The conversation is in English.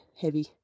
heavy